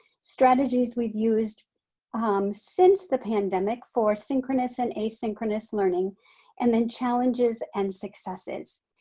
strategies we've used um since the pandemic for synchronous and asynchronous learning and then challenges and successes.